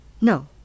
No